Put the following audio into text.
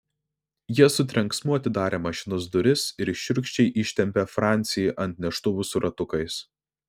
jie su trenksmu atidarė mašinos duris ir šiurkščiai ištempė francį ant neštuvų su ratukais